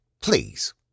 Please